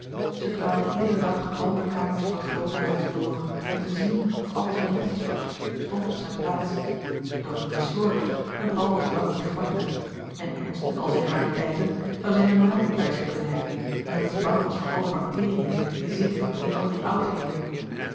zij dwaalde iederen dag al de kamers van het groote huis door om te zien of alles wel netjes was stond op zijn plaats dorine was slordig en paul was lang niet gemakkelijk en ernst met al zijn rariteiten zoû zij heelemaal niet bij zich kunnen hebben omdat zij bang was voor al de bacteriën die zitten in al die oudheden